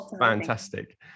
Fantastic